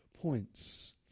points